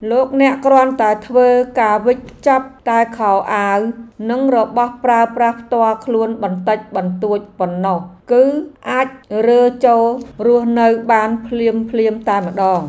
លោកអ្នកគ្រាន់តែធ្វើការវិចខ្ចប់តែខោអាវនិងរបស់ប្រើប្រាស់ផ្ទាល់ខ្លួនបន្តិចបន្តួចប៉ុណ្ណោះគឺអាចរើចូលរស់នៅបានភ្លាមៗតែម្ដង។